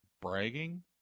bragging